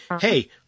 hey